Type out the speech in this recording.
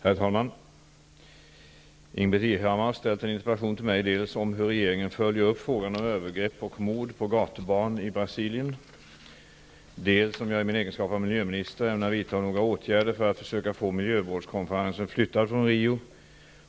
Herr talman! Ingbritt Irhammar har ställt en interpellation till mig dels om hur regeringen följer upp frågan om övergrepp och mord på gatubarn i Brasilien, dels om jag i min egenskap av miljöminister ämnar vidta några åtgärder för att försöka få miljövårdskonferensen flyttad från Rio,